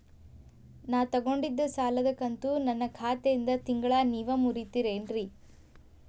ನಾ ತೊಗೊಂಡಿದ್ದ ಸಾಲದ ಕಂತು ನನ್ನ ಖಾತೆಯಿಂದ ತಿಂಗಳಾ ನೇವ್ ಮುರೇತೇರೇನ್ರೇ?